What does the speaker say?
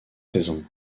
saison